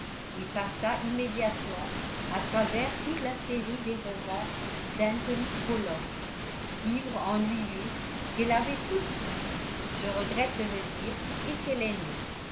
et passa immédiatement à travers toute la série des romans d'anthony trollope livres ennuyeux qu'elle avait tous lus je regrette de le dire et qu'elle aimait